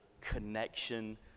connection